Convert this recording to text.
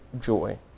joy